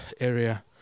area